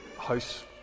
house